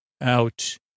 Out